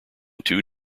two